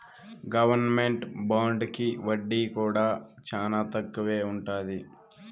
government బాండుకి వడ్డీ కూడా చానా తక్కువే ఉంటది